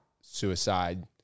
suicide